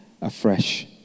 afresh